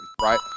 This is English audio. right